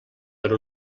per